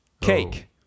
cake